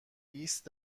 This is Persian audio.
بیست